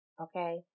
Okay